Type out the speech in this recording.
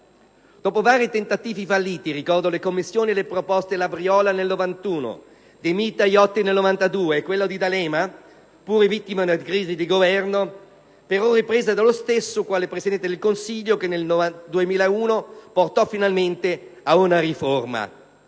furono i tentativi falliti: ricordo le Commissioni e le proposte Labriola nel 1991, De Mita e Iotti nel 1992 e quella D'Alema, pure vittima di una crisi di Governo, però ripresa dallo stesso, quale Presidente del Consiglio dei ministri, che, nel 2001, portò finalmente ad una riforma.